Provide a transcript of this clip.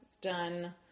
done